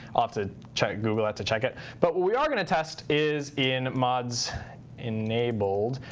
i'll have to check google out to check it. but what we are going to test is in mods enabled.